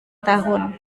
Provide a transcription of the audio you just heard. tahun